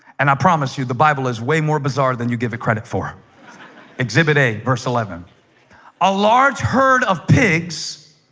and i promise you the bible is way more bizarre than you give it credit for exhibit a verse eleven a large herd of pigs